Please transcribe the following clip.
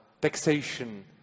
taxation